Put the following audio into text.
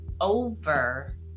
over